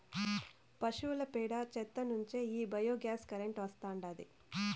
పశువుల పేడ చెత్త నుంచే ఈ బయోగ్యాస్ కరెంటు వస్తాండాది